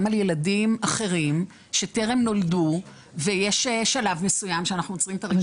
גם על ילדים אחרים שטרם נולדו ויש שלב מסוים שאנחנו עוצרים את הרישום.